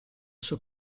suo